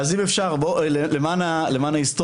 אז אם אפשר למען ההיסטוריה,